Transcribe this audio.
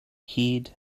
hud